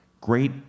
Great